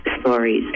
stories